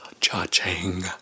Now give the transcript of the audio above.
judging